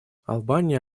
албания